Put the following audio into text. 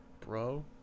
Bro